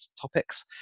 topics